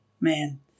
man